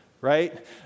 Right